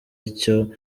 icyo